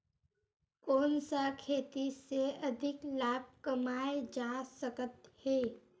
कोन सा खेती से अधिक लाभ कमाय जा सकत हे?